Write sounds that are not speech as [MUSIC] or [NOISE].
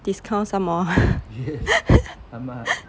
discount somemore [LAUGHS]